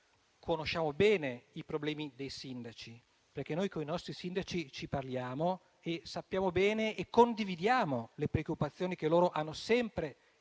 Conosciamo bene i problemi dei sindaci, perché coi nostri sindaci ci parliamo e condividiamo le preoccupazioni che hanno sempre